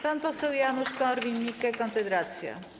Pan poseł Janusz Korwin-Mikke, Konfederacja.